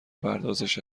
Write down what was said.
پردازش